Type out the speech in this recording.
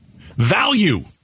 Value